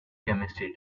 chemistry